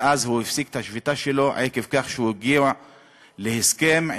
ואז הוא הפסיק את השביתה שלו כי הוא הגיע להסכם עם